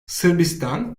sırbistan